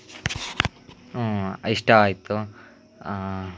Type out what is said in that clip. ಇಷ್ಟ ಆಯಿತು